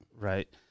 Right